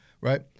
right